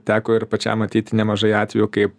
teko ir pačiam matyti nemažai atvejų kaip